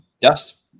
Yes